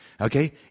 okay